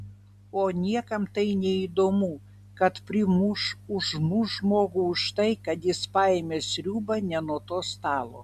o niekam tai neįdomu kad primuš užmuš žmogų už tai kad jis paėmė sriubą ne nuo to stalo